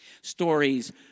Stories